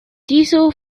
diesel